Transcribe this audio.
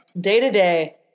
Day-to-day